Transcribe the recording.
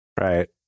Right